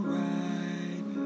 right